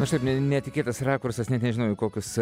kažkaip ne netikėtas rakursas net nežinau į kokius